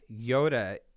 Yoda